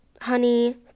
honey